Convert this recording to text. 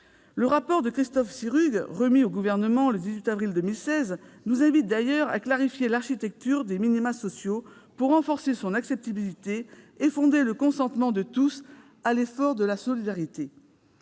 encore. Christophe Sirugue, dans un rapport remis au Gouvernement le 18 avril 2016, nous invite d'ailleurs à « clarifier l'architecture des minima sociaux » pour « renforcer son acceptabilité et fonder le consentement de tous à l'effort de solidarité